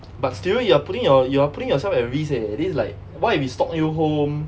but still you are putting your you're putting yourself at risk leh this is like what if he stalk you home